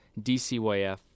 DCYF